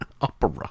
Opera